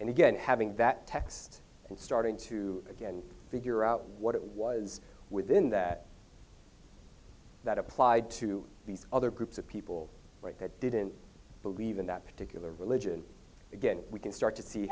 and again having that text and starting to again figure out what it was within that that applied to these other groups of people right that didn't believe in that particular religion again we can start to see